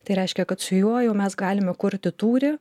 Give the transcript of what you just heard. tai reiškia kad su juo jau mes galime kurti tūrį